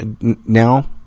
now